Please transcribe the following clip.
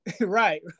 Right